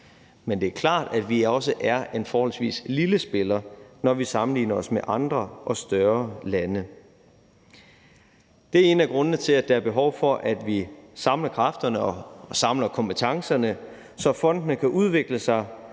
Men det er klart, at vi også er en forholdsvis lille spiller, når vi sammenligner os med andre og større lande. Det er en af grundene til, at der er behov for, at vi samler kræfterne og samler kompetencerne, så fondene kan udvikle sig